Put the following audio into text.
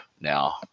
now